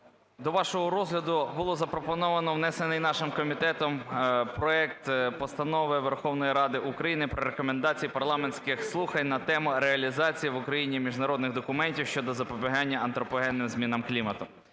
до вашого розгляду було запропоновано внесений нашим комітетом проект Постанови Верховної Ради України про Рекомендації парламентських слухань на тему: "Реалізація в Україні міжнародних документів щодо запобігання антропогенним змінам клімату"